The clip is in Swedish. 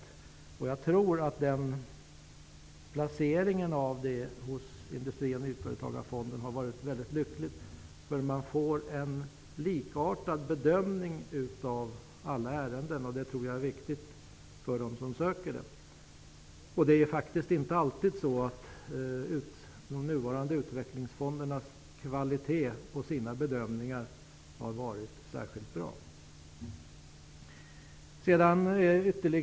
Jag tror att placeringen av aktierna hos Industri och nyföretagarfonden är lycklig. Man får en likartad bedömning av alla ärenden. Det är viktigt för dem som skall söka lån. Kvaliteten på de nuvarande utvecklingsfondernas bedömning har faktiskt inte alltid varit särskilt bra.